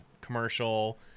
commercial